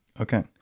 Okay